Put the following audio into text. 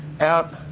out